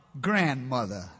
grandmother